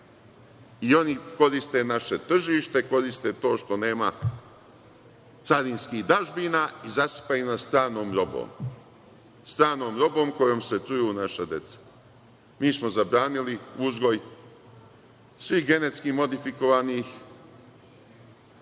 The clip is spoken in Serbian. Oni koriste naše tržište, koriste to što nema carinskih dažbina i zasipaju nas stranom robom, stranom robom kojom se truju naša deca. Mi smo zabranili uzgoj svih genetski modifikovanih